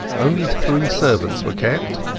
only three servants were kept,